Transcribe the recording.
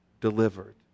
delivered